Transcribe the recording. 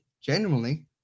genuinely